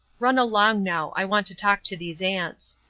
run along now i want to talk to these aunts.